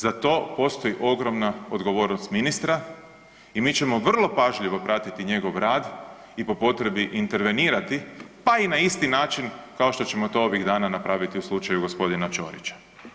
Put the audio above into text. Za to postoji ogromna odgovornost ministra i mi ćemo vrlo pažljivo pratiti njegov rad i po potrebi intervenirati pa i na isti način kao što ćemo to ovih dana napraviti u slučaju gospodina Ćorića.